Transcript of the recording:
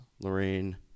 lorraine